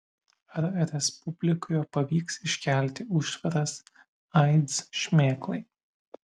ar respublikoje pavyks iškelti užtvaras aids šmėklai